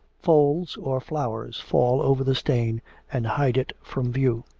folds or flowers fall over the stain and hide it from view.